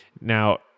Now